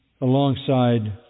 alongside